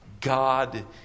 God